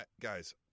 guys